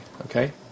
Okay